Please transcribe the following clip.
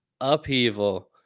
upheaval